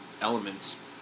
elements